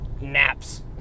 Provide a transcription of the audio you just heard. naps